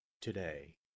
today